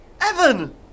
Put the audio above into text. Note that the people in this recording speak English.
Evan